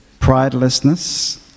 Pridelessness